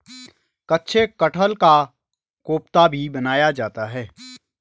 कच्चे कटहल का कोफ्ता भी बनाया जाता है